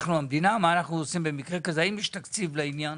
האם יש תקציב לעניין?